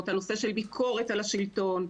הנושא של ביקורת על השלטון,